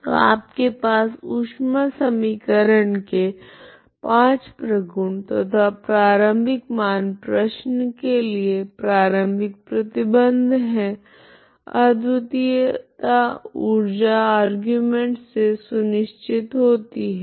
तो आपके पास ऊष्मा समीकरण के पाँच प्रगुण तथा प्रारम्भिक मान प्रश्न के लिए प्रारम्भिक प्रतिबंध है अद्वितीयता ऊर्जा आर्गुमेंट से सुनिश्चित होती है